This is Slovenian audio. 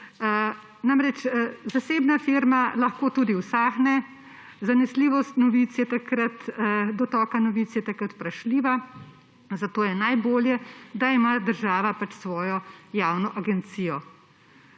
Zasebna firma lahko tudi usahne, zanesljivost dotoka novic je takrat vprašljiva, zato je najbolje, da ima država svojo javno agencijo